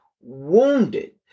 wounded